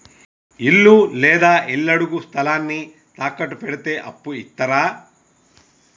ఇల్లు లేదా ఇళ్లడుగు స్థలాన్ని తాకట్టు పెడితే అప్పు ఇత్తరా?